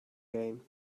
game